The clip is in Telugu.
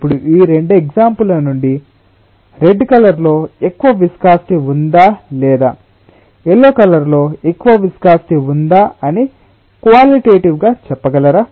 ఇప్పుడు ఈ 2 ఎగ్సాంపుల్స్ ల నుండి రెడ్ కలర్ లో ఎక్కువ విస్కాసిటి ఉందా లేదా ఎల్లో కలర్ లో ఎక్కువ విస్కాసిటి ఉందా అని క్వాలిటెటివ్ గా చెప్పగలరా